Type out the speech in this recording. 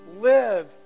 live